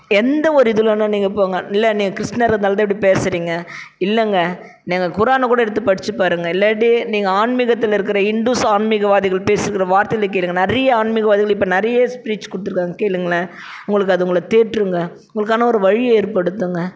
எந்த ஒரு இதுலேனா நீங்கள் போங்க இல்லை நீங்கள் கிறிஸ்டினாக இருந்ததால் தான் இப்படி பேசுகிறீங்க இல்லைங்க நீங்கள் குரானை கூட எடுத்து படித்து பாருங்க இல்லாட்டி நீங்கள் ஆன்மீகத்தில் இருக்கிற ஹிந்டுஸ் ஆன்மீகவாதிகள் பேசுகிற வார்த்தைகள கேளுங்க நிறைய ஆன்மீகவாதிகள் இப்போ நிறைய ஸ்பீச் கொடுத்துருக்காங்க கேளுங்களேன் உங்களுக்கு அதை உங்களை தேற்றுங்க உங்களுக்கான ஒரு வழியை ஏற்படுத்துங்க